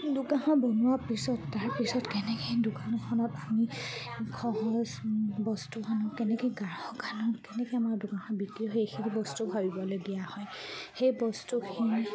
দোকানখন বনোৱা পিছত তাৰপিছত কেনেকৈ দোকানখনত শুনি সহজ বস্তু আনোঁ কেনেকে গ্ৰাহক আনোঁ কেনেকৈ মই আমাৰ দোকানখন বিক্ৰী সেইখিনি বস্তু ভৰাবলগীয়া হয় সেই বস্তুখিনি